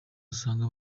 usanga